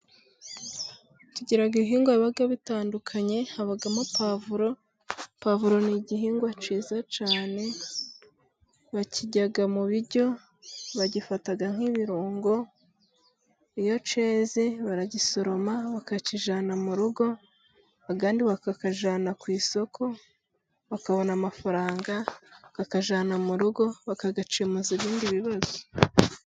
Tugira ibhingwa biba bitandukanye habamo pavulo .Pavulo ni igihingwa cyiza cyane bakirya mu biryo bagifata nk'ibirungo ,iyo cyeze baragisoroma bakakijyana mu rugo, ayandi bakayajyana ku isoko bakabona amafaranga, bakajyana mu rugo bakayakemuza ibindi bibazo.